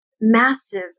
massive